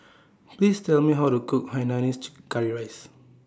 Please Tell Me How to Cook Hainanese Curry Rice